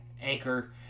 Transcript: Anchor